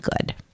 good